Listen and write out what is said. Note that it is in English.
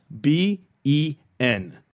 B-E-N